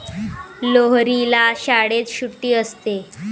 लोहरीला शाळेत सुट्टी असते